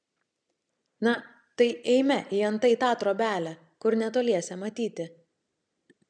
na tai eime į antai tą trobelę kur netoliese matyti